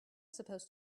supposed